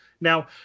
Now